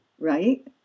Right